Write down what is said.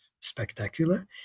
spectacular